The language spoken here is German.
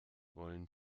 wollen